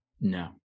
No